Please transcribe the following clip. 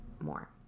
more